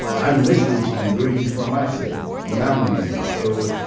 i'm listening to you breathe from my cell when i'm laying down. so,